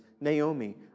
Naomi